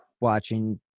watching